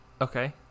Okay